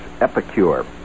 Epicure